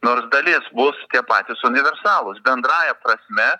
nors dalis bus tie patys universalūs bendrąja prasme